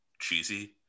Cheesy